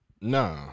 No